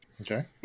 Okay